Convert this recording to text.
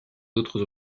d’autres